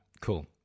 cool